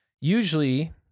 usually